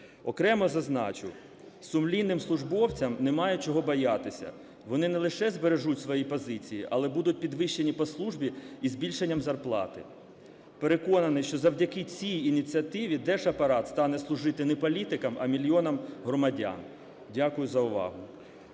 Окремо зазначу, сумлінним службовцям немає чого боятися, вони не лише збережуть свої позиції, але будуть підвищені по службі із збільшенням зарплати. Переконаний, що завдяки цій ініціативі держапарат стане служити не політикам, а мільйонам громадян. Дякую за увагу.